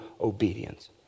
obedience